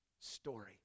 story